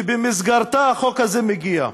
שבמסגרתה החוק הזה מגיע.